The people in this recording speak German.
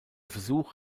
versuch